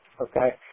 okay